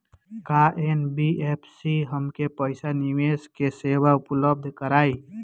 का एन.बी.एफ.सी हमके पईसा निवेश के सेवा उपलब्ध कराई?